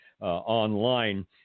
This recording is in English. online